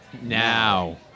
now